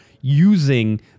using